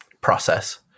process